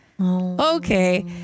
Okay